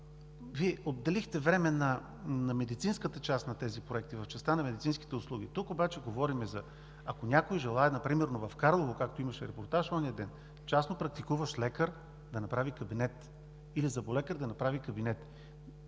Вие отделихте време на медицинската част на тези проекти, в частта на медицинските услуги. Тук обаче говорим, ако някой желае, например в Карлово, както имаше репортаж онзи ден, частнопрактикуващ лекар да направи кабинет или зъболекар да направи кабинет.